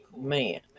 man